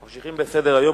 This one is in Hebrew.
אנחנו ממשיכים בסדר-היום.